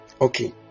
Okay